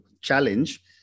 challenge